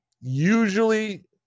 usually